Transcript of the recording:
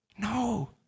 No